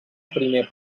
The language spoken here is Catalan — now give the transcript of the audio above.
primer